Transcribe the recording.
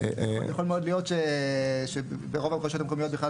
יכול מאוד להיות שברוב הרשויות המקומיות בכלל